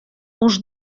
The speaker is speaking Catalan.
uns